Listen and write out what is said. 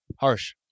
Harsh